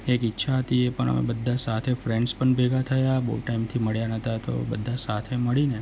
એક ઈચ્છા હતી એ પણ અમે બધા સાથે ફ્રેન્ડસ પણ ભેગા થયા બહુ ટાઈમથી મળ્યા નતા તો બધા સાથે મળીને